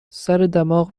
سردماغ